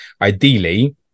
ideally